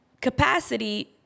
capacity